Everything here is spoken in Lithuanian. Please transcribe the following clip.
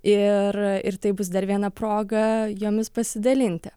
ir ir tai bus dar viena proga jomis pasidalinti